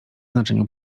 znaczeniu